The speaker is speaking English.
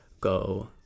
go